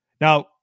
Now